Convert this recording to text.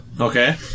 Okay